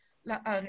לארץ.